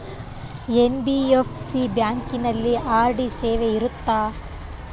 NBFC ಬ್ಯಾಂಕಿನಲ್ಲಿ RD ಸೇವೆ ಇರುತ್ತಾ?